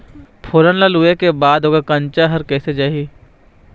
फोरन ला लुए के बाद ओकर कंनचा हर कैसे जाही?